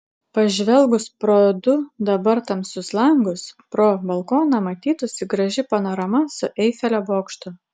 pažvelgus pro du dabar tamsius langus pro balkoną matytųsi graži panorama su eifelio bokštu